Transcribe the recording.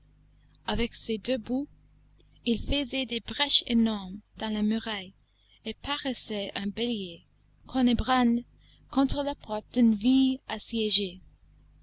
avec ses deux bouts il faisait des brèches énormes dans la muraille et paraissait un bélier qu'on ébranle contre la porte d'une ville assiégée